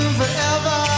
forever